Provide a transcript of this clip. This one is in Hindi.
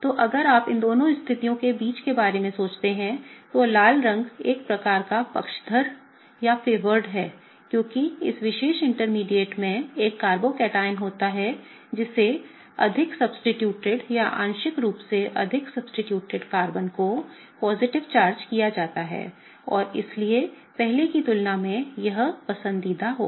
तो अगर आप इन दोनों स्थितियों के बीच के बारे में सोचते हैं तो लाल रंग एक प्रकार का पक्षधर है क्योंकि उस विशेष इंटरमीडिएट में एक कार्बोकैटायन होता है जिसे अधिक प्रतिस्थापित या आंशिक रूप से अधिक प्रतिस्थापित कार्बन को सकारात्मक चार्ज किया जाता है और इसलिए पहले की तुलना में यह पसंदीदा होगा